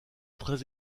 très